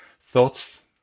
thoughts